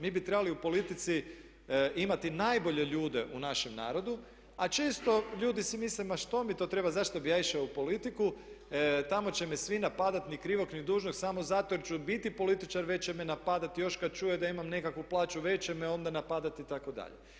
Mi bi trebali u politici imati najbolje ljude u našem narodu, a često ljudi si misle ma što mi to treba, zašto bi ja išao u politiku tamo će me svi napadati ni krivog ni dužnog samo zato jer ću biti političar već će me napadati, još kad čuju da imam nekakvu plaću veću onda će me napadati itd.